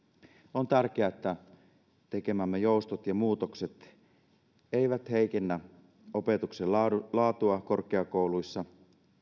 on tärkeää että tekemämme joustot ja muutokset eivät heikennä opetuksen laatua korkeakouluissa